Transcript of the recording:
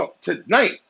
tonight